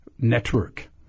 network